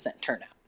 turnout